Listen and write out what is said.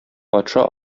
патша